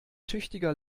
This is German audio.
tüchtiger